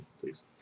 please